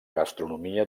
gastronomia